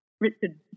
richard